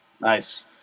Nice